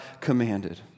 commanded